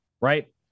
right